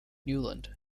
newland